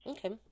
Okay